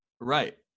right